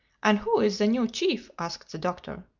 and who is the new chief? asked the doctor.